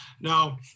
Now